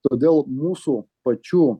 todėl mūsų pačių